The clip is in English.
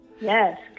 Yes